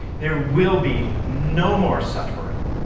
there will be no more suffering.